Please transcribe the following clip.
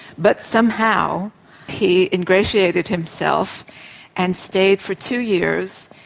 but somehow he ingratiated himself and stayed for two years,